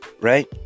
Right